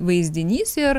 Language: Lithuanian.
vaizdinys ir